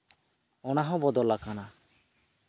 ᱚᱱᱟᱦᱚᱸ ᱵᱚᱫᱚᱞ ᱟᱠᱟᱱᱟ